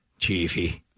chiefy